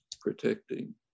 protecting